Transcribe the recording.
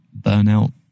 burnout